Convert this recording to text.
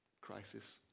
crisis